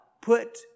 Put